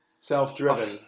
Self-driven